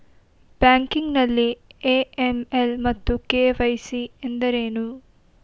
Banking ನಲ್ಲಿ AML ಮತ್ತು KYC ಎಂದರೇನು?